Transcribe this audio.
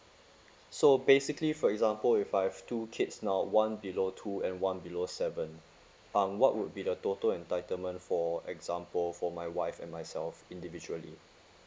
so basically for example if I have two kids now one below two and one below seven um what would be the total entitlement for example for my wife and myself individually